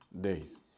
days